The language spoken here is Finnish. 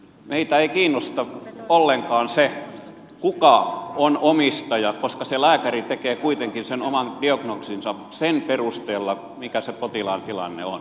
meitä ei kiinnosta ollenkaan se kuka on omistaja koska lääkäri tekee kuitenkin oman diagnoosinsa sen perusteella mikä potilaan tilanne on